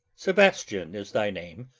sebastian is thy name?